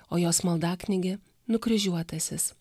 o jos maldaknygė nukryžiuotasis